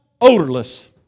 odorless